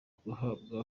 guhabwa